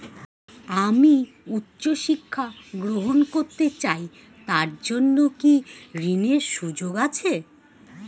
আমি উচ্চ শিক্ষা গ্রহণ করতে চাই তার জন্য কি ঋনের সুযোগ আছে?